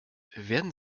werden